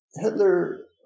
Hitler